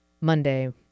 Monday